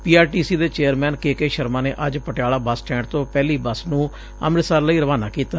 ਪੀ R T C ਦੇ chairman K K Sharma ਨੇ ਅੱਜ ਪਟਿਆਲਾ ਬਸ ਸਟੈਂਡ ਤੋਂ ਪਹਿਲੀ ਬਸ ਨੂੰ ਅੰਮ੍ਤਿਤਸਰ ਲਈ ਰਵਾਨਾ ਕੀਤਾ